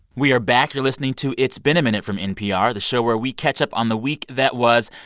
we are back. you're listening to it's been a minute from npr, the show where we catch up on the week that was.